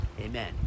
Amen